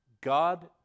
God